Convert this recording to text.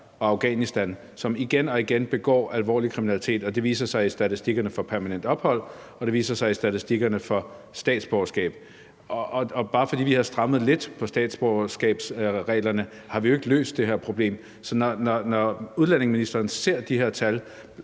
og Afghanistan, som igen og igen begår alvorlig kriminalitet. Det viser sig i statistikkerne for permanent ophold, og det viser sig i statistikkerne for statsborgerskab. Og bare fordi vi har strammet lidt på statsborgerskabsreglerne, har vi jo ikke løst det her problem. Så når udlændinge- og integrationsministeren ser de her tal